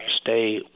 stay